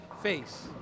face